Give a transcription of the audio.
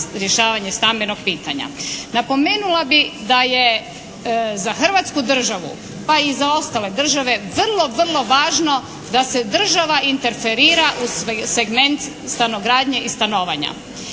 rješavanje stambenog pitanja. Napomenula bih da je za Hrvatsku državu pa i za ostale države vrlo, vrlo važno da se država interferira u segment stanogradnje i stanovanja.